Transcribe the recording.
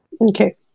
Okay